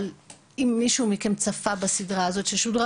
אם מישהו מכם צפה בסדרה הזאת ששודרה,